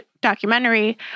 documentary